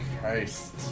Christ